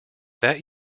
that